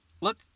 look